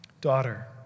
Daughter